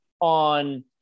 on